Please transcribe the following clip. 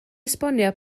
esbonio